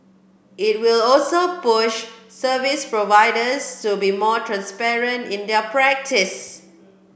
it will also push service providers to be more transparent in their practices